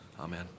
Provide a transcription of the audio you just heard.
Amen